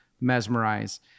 Mesmerize